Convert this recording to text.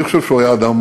אני חושב שהוא היה אדם